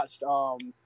watched